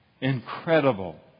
Incredible